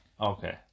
okay